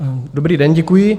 Dobrý den, děkuji.